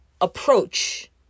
approach